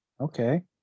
okay